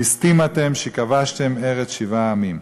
ליסטים אתם שכבשתם ארץ שבעה עמים.